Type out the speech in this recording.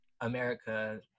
America